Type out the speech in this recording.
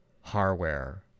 hardware